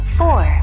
four